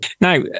Now